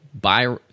buy